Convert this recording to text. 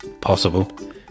Possible